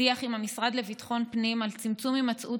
שיח עם המשרד לביטחון הפנים על צמצום הימצאות